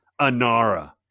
Anara